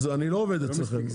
אני לא עובד אצלכם.